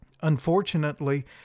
Unfortunately